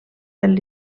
del